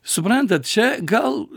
suprantat čia gal